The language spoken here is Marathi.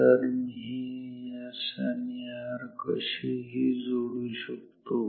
तर मी हे एस आणि आर कसेही जोडू शकतो